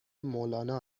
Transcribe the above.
مولانا